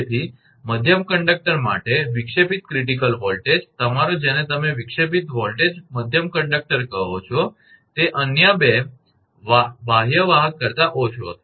તેથી મધ્યમ કંડક્ટર માટે વિક્ષેપિત ક્રિટીકલ વોલ્ટેજ તમારો જેને તમે વિક્ષેપિત વોલ્ટેજ મધ્યમ કંડક્ટર કહો છો તે 2 અન્ય બાહ્ય વાહક કરતા ઓછો હશે